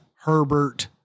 Herbert